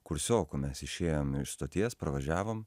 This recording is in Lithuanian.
kursioku mes išėjom iš stoties pravažiavom